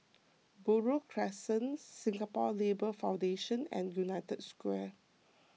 Buroh Crescent Singapore Labour Foundation and United Square